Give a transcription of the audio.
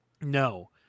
No